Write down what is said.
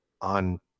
on